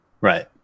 Right